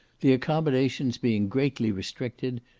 the accommodations being greatly restricted,